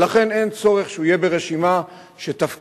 ולכן אין צורך שהוא יהיה ברשימה שתפקידה